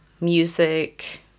music